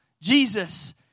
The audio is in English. Jesus